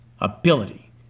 ability